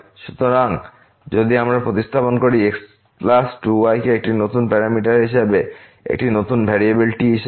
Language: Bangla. সুতরাং যদি আমরা প্রতিস্থাপন করি x প্লাস 2 y কে একটি নতুন প্যারামিটার হিসাবে একটি নতুন ভেরিয়েবল t হিসাবে